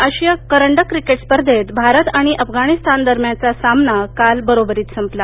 आशिया करंडक क्रिकेट स्पर्धेत भारत आणि अफगानिस्तानदरम्यानचा सामना काल बरोबरीत संपला